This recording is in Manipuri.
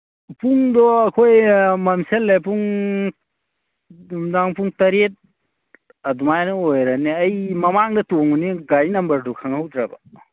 ꯄꯨꯡꯗꯣ ꯑꯩꯈꯣꯏ ꯃꯝꯖꯜꯂꯦ ꯄꯨꯡ ꯅꯨꯡꯗꯥꯡ ꯄꯨꯡ ꯇꯔꯦꯠ ꯑꯗꯨꯃꯥꯏꯅ ꯑꯣꯏꯔꯅꯤ ꯑꯩ ꯃꯃꯥꯡꯗ ꯇꯣꯡꯕꯅꯤ ꯒꯥꯔꯤ ꯅꯝꯕꯔꯗꯨ ꯈꯪꯍꯧꯗ꯭ꯔꯕ